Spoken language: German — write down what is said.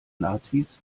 nazis